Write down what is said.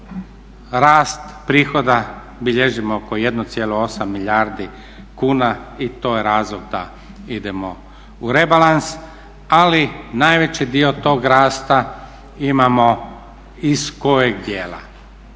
rast prihoda bilježimo oko 1,8 milijardi kuna i to je razlog da idemo u rebalans. Ali najveći dio tog rasta imamo iz kojeg dijela?